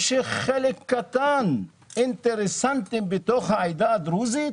או שחלק קטן, אינטרסנטיים בתוך העדה הדרוזית